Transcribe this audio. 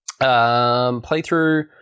playthrough